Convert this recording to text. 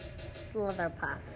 slitherpuff